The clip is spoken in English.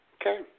Okay